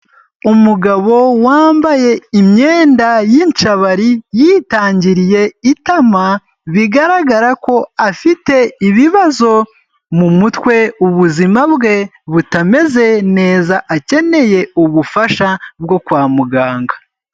Umugabo wambaye imyenda y'inshabari yitangiriye itama bigaragara ko afite ibibazo mu mutwe ubuzima bwe butameze neza, akeneye ubufasha bwo kwa muganga.